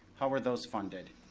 how were those funded?